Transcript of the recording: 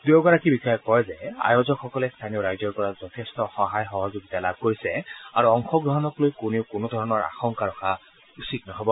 দুয়োগৰাকী বিষয়াই কয় যে আয়োজকসকলে স্থানীয় ৰাইজৰ পৰা যথেষ্ঠ সহায় সহযোগিত লাভ কৰিছে আৰু অংশ গ্ৰহণক লৈ কোনেও কোনো ধৰণৰ আশংকা ৰখা উচিত নহ'ব